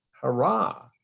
hurrah